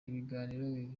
ibiganiro